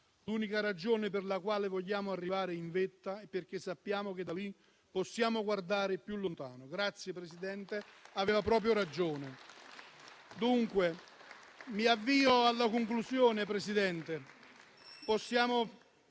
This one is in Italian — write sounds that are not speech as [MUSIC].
l'unica ragione per la quale vogliamo arrivare in vetta è perché sappiamo che da lì possiamo guardare più lontano». Grazie, presidente Meloni, aveva proprio ragione. [APPLAUSE] Mi avvio dunque alla conclusione, signor Presidente.